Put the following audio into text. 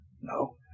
No